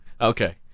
Okay